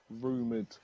rumoured